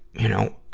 you know,